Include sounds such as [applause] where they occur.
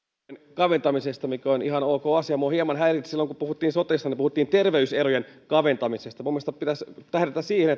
kaventamisesta mikä on ihan ok asia minua hieman häiritsi silloin kun puhuttiin sotesta että puhuttiin terveyserojen kaventamisesta minun mielestäni pitäisi tähdätä siihen [unintelligible]